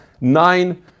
nine